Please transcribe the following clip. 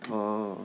orh